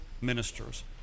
ministers